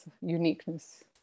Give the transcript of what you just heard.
uniqueness